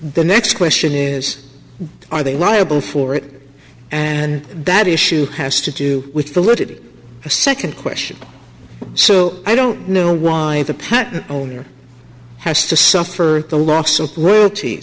the next question is are they liable for it and that issue has to do with the lid a second question so i don't know why the patent owner has to suffer the loss of royalt